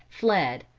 fled,